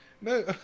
No